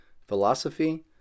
philosophy